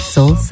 Soul